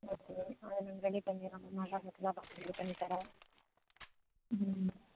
okay ma'am நாங்கள் ready பண்ணிடறோம் ma'am நல்ல ஹோட்டலாக பார்த்து ரெடி பண்ணித்தறோம்